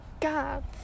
God